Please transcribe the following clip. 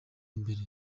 imbere